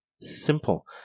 Simple